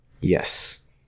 Yes